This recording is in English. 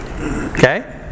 Okay